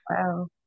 Wow